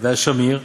והשמיר,